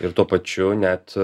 ir tuo pačiu net